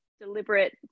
deliberate